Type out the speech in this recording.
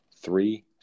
three